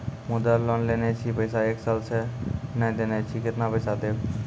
मुद्रा लोन लेने छी पैसा एक साल से ने देने छी केतना पैसा देब?